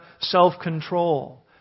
self-control